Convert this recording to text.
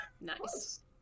Nice